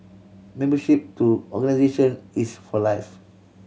membership to organisation is for life